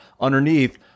Underneath